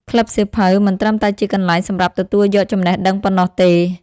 ក្លឹបសៀវភៅមិនត្រឹមតែជាកន្លែងសម្រាប់ទទួលយកចំណេះដឹងប៉ុណ្ណោះទេ។